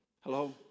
Hello